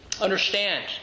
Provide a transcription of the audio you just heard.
Understand